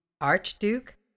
Archduke